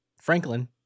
Franklin